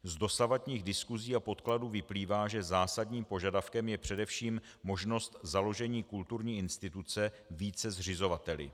Z dosavadních diskusí a podkladů vyplývá, že zásadním požadavkem je především možnost založení kulturní instituce více zřizovateli.